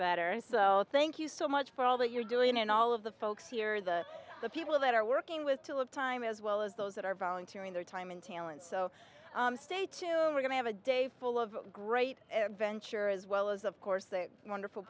better so thank you so much for all that you're doing and all of the folks here the the people that are working with philip time as well as those that are volunteering their time and talents so stay tuned we're going to have a day full of great adventure as well as of course a wonderful